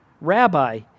Rabbi